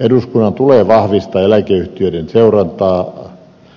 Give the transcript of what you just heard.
eduskunnan tulee vahvistaa eläkeyhtiöiden seurantaa